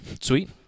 sweet